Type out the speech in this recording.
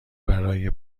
برای